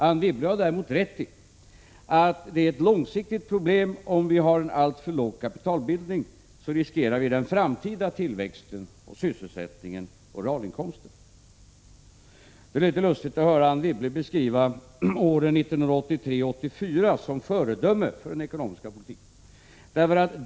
Anne Wibble har däremot rätt i att det är ett långsiktigt problem om vi har en alltför låg kapitalbildning. Då riskerar vi den framtida tillväxten och sysselsättningen och realinkomsterna. Det är litet lustigt att höra Anne Wibble beskriva åren 1983 och 1984 som föredömen för den ekonomiska politiken.